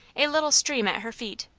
a little stream at her feet,